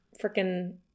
freaking